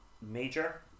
Major